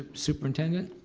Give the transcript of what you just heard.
superintendent?